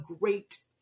great